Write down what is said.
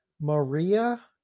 Maria